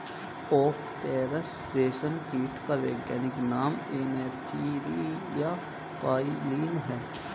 okay तसर रेशम कीट का वैज्ञानिक नाम एन्थीरिया प्राइलीन है